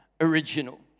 original